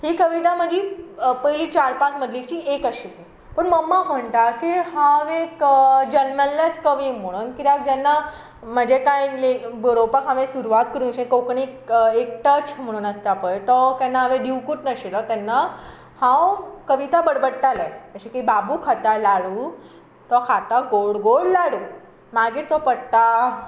ही कविता म्हजी पयली चार पांच मदींची एक आशिल्ली पूण मम्मा म्हणटा की हांव एक जन्मल्लेंच कवी म्हूण कित्याक हांव एक तेन्ना म्हजे कांय बरोवपाक हांवें सुरवात करुंशे म्हणजें कोंकणीक एक टच म्हणून आसता पळय तो हांवें दिवंकूच नाशिल्लो केन्ना हांव कविता बडबडटाले की बाबू खाता लाडू तो खाता गोड गोड लाडू मागीर तो पडटा